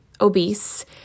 obese